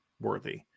worthy